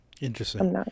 Interesting